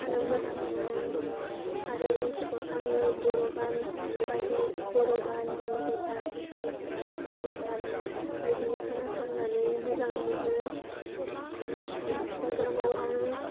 आरो मोजां मोनो आरो इउटुबाव आङो बर' गान बायदि बर' गान हिन्दी गान एसामिस गान इंलिस गान बायदि खोनासंनानै मोजां मोनो ओमफाय इन्सटाग्रामाव आं